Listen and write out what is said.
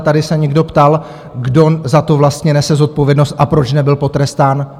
Tady se někdo ptal, kdo za to vlastně nese zodpovědnost a proč nebyl potrestán.